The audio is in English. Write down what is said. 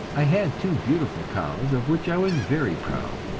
i had two beautiful cows of which i was very proud,